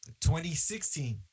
2016